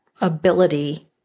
ability